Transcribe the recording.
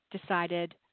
decided